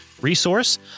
resource